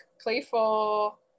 playful